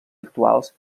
actuals